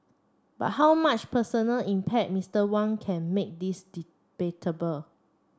but how much personal impact Mister Wang can make is debatable